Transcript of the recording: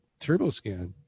TurboScan